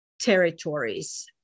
territories